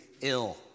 ill